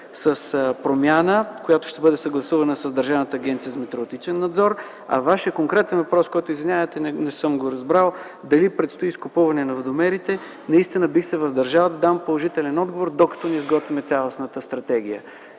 с промяна, която ще бъде съгласувана с Държавната агенция за метрологичен и технически надзор. Вашият конкретен въпрос, който, извинявайте, не съм го разбрал – дали предстои изкупуване на водомерите. Бих се въздържал да дам положителен отговор, докато не изготвим цялостната стратегия.